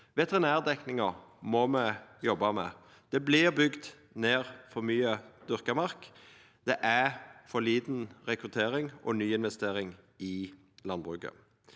Veterinærdekninga må me jobba med. Det vert bygd ned for mykje dyrka mark. Det er for lite rekruttering og nyinvestering i landbruket.